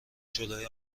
جلوی